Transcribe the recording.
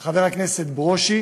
חבר הכנסת ברושי,